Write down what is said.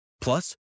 Plus